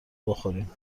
بخوریم